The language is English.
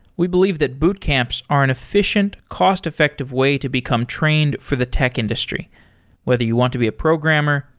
we believe that boot camps are an efficient, cost-effective way to become trained for the tech industry whether you want to be a programmer,